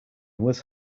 was